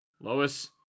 Lois